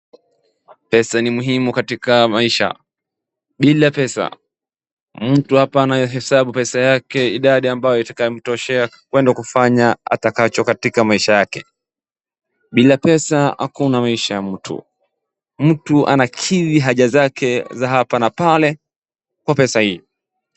Pesa ni muhimu katika maisha bila pesa mtu hapa anahesabu pesa yake idadi itakayo mtoshea kwenda kufanya atakacho katika maisha yake. Bila pesa hakuna maisha ya mtu, mtu anakidhi haja zake za hapa na pale kwa pesa hii.